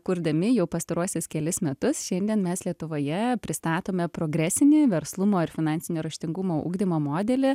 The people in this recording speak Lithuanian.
kurdami jau pastaruosius kelis metus šiandien mes lietuvoje pristatome progresiniai verslumo ir finansinio raštingumo ugdymo modelį